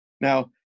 Now